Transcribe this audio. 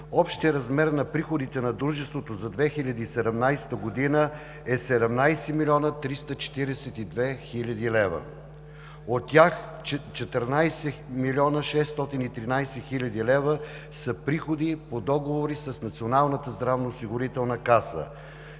общият размер на приходите на дружеството за 2017 г. е 17 млн. 342 хил. лв., от тях 14 млн. 613 хил. лв. са приходи по договори с Националната здравноосигурителна каса,